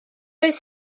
oes